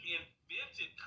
invented